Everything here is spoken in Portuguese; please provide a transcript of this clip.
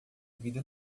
vida